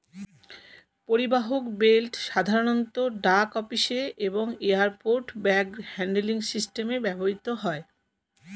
পরিবাহক বেল্ট সাধারণত ডাক অফিসে এবং এয়ারপোর্ট ব্যাগ হ্যান্ডলিং সিস্টেমে ব্যবহৃত হয়